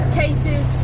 cases